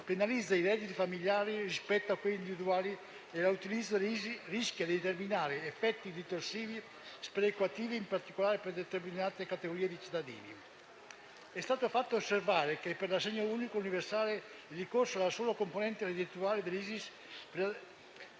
penalizza i redditi familiari rispetto a quelli individuali e l'utilizzo dell'ISEE rischia di determinare effetti distorsivi e sperequativi, in particolare per determinate categorie di cittadini. È stato fatto osservare che per l'assegno unico universale il ricorso alla sola componente reddituale dell'ISEE